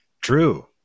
True